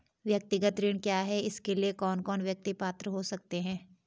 व्यक्तिगत ऋण क्या है इसके लिए कौन कौन व्यक्ति पात्र हो सकते हैं?